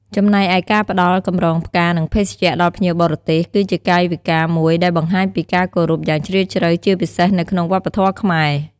ចំណែកឯការផ្ដល់កម្រងផ្កា និងភេសជ្ជៈដល់ភ្ញៀវបរទេស គឺជាកាយវិការមួយដែលបង្ហាញពីការគោរពយ៉ាងជ្រាលជ្រៅ ជាពិសេសនៅក្នុងវប្បធម៌ខ្មែរ។